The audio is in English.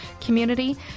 community